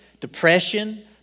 depression